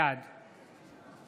בעד